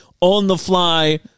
on-the-fly